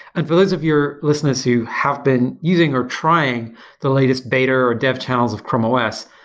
and for those of your listeners who have been using or trying the latest beta or dev channels of chrome os,